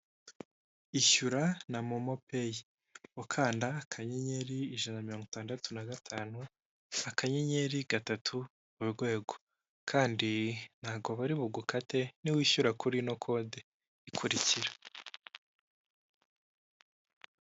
Ishyura na momo pay ukanda kanyenyeri ijana na mirongo itandatu na gatanu kanyenyeri gatatu urwego kandi ntago bari bugukate niwishyura kuri ino kode ikurikira.